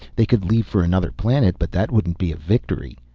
they could leave for another planet, but that wouldn't be victory.